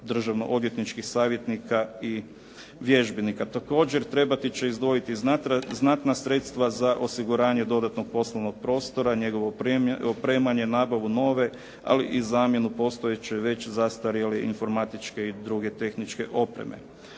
državno odvjetničkih savjetnika i vježbenika. Također, trebat će izdvojiti znatna sredstva za osiguranje dodatnog poslovnog prostora, njegovo opremanje, nabavu nove ali i zamjenu postojeće već zastarjele informatičke i druge tehničke opreme.